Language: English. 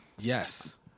yes